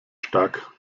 stark